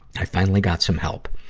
i finally got some help.